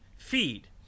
feed